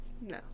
no